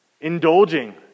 indulging